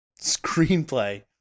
Screenplay